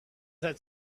that